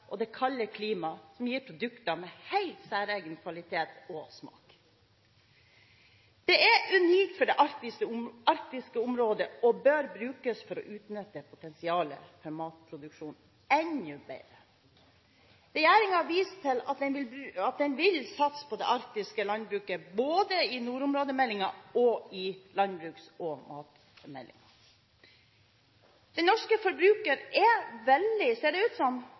og det kalde klimaet som gir produkter med en helt særegen kvalitet og smak. Det er unikt for det arktiske området og bør brukes for å utnytte potensialet for matproduksjon enda bedre. Regjeringen viser til at den vil satse på det arktiske landbruket, både i nordområdemeldingen og i landbruks- og matmeldingen. Den norske forbruker er villig til, ser det ut som,